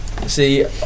see